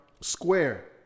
square